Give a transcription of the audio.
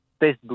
Facebook